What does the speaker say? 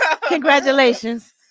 Congratulations